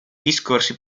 discorsi